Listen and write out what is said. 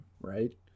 right